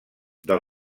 del